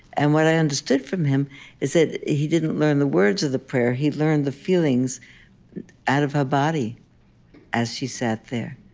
and what i understood from him is that he didn't learn the words of the prayer he learned the feelings out of her body as she sat there.